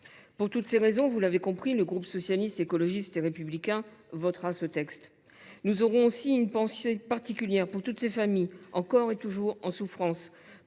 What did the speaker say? Pour toutes ces raisons, vous l’avez compris, le groupe Socialiste, Écologiste et Républicain votera cette proposition de loi. Nous avons une pensée particulière pour toutes ces familles encore et toujours en souffrance,